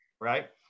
Right